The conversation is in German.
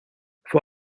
vor